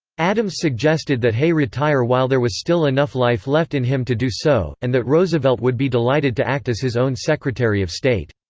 adams suggested that hay retire while there was still enough life left in him to do so, and that roosevelt would be delighted to act as his own secretary of state.